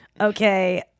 okay